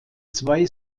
zwei